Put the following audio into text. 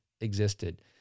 existed